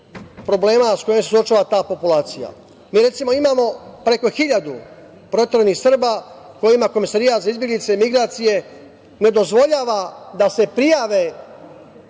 problema sa kojima se suočava ta populacija. Mi, recimo, imamo preko 1.000 proteranih Srba kojima Komesarijat za izbeglice i migracije ne dozvoljava da se prijave